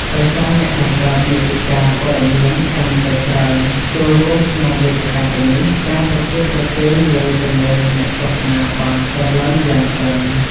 ដោយសារអ្នកបង្កើតមាតិកាព័ត៌មានកាន់តែច្រើនចូលរួមក្នុងវេទិកាទាំងនេះ ការប្រកួតប្រជែងលើចំនួនអ្នកទស្សនាបានកើនឡើងយ៉ាងខ្លាំង។